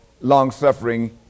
long-suffering